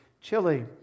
chili